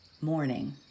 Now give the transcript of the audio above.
morning